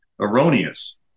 erroneous